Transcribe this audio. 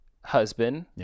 husband